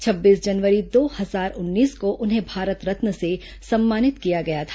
छब्बीस जनवरी दो हजार उन्नीस को उन्हें भारत रत्न से सम्मानित किया गया था